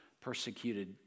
persecuted